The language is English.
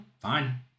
fine